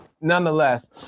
nonetheless